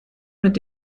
mit